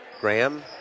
Graham